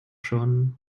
schon